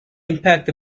impact